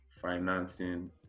financing